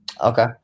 Okay